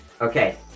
Okay